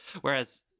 whereas